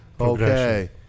okay